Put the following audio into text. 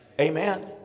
amen